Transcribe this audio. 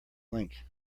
link